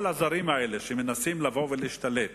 כל הזרים האלה שמנסים לבוא ולהשתלט